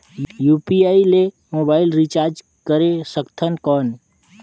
UPI ले mobile recharge करे सकथन कौन?